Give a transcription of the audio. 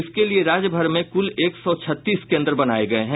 इसके लिये राज्यभर में कुल एक सौ छत्तीस केंद्र बनाये गये हैं